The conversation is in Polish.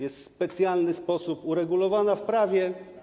jest w specjalny sposób uregulowana w prawie?